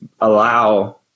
allow